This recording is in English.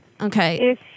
Okay